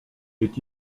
est